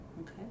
Okay